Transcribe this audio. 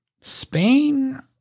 Spain